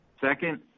Second